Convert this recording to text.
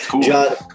john